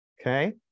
Okay